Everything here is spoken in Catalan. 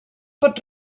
pot